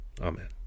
Amen